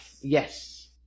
Yes